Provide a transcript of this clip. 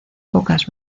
pocas